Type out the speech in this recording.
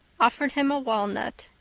offered him a walnut.